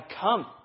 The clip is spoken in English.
come